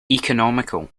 economical